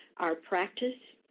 our practice